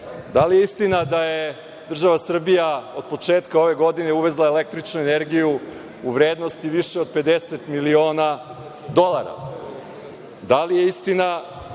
li je istina da je država Srbija od početka ove godine uvezla električnu energiju u vrednosti više od 50 miliona dolara? Da li je istina